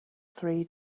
three